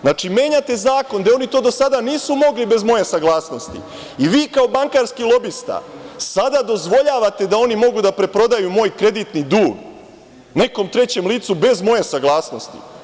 Znači, menjate zakon gde oni to do sada nisu mogli bez moje saglasnosti i vi kao bankarski lobista sada dozvoljavate da oni mogu da preprodaju moj kreditni dug nekom trećem licu bez moje saglasnosti.